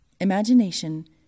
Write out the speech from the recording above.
Imagination